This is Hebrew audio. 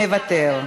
מוותר,